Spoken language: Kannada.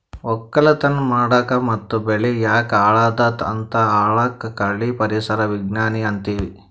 ವಕ್ಕಲತನ್ ಮಾಡಕ್ ಮತ್ತ್ ಬೆಳಿ ಯಾಕ್ ಹಾಳಾದತ್ ಅಂತ್ ಹೇಳಾಕ್ ಕಳಿ ಪರಿಸರ್ ವಿಜ್ಞಾನ್ ಅಂತೀವಿ